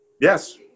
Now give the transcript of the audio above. Yes